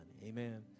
Amen